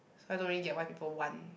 so I don't really get why people want